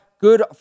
good